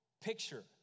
picture